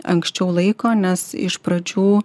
anksčiau laiko nes iš pradžių